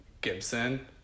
Gibson